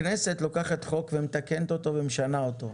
הכנסת לוקחת חוק ומתקנת אותו ומשנה אותו.